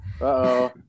Uh-oh